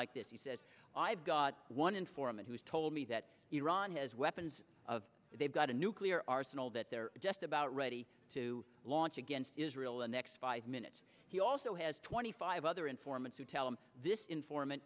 like this he says i've got one informant who's told me that iran has weapons of they've got a nuclear arsenal that they're just about ready to launch against israel the next five minutes he also has twenty five other informants who tell him this informant